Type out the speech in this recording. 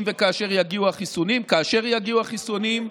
אם וכאשר יגיעו החיסונים, כאשר יגיעו החיסונים,